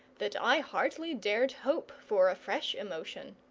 that i hardly dared hope for a fresh emotion.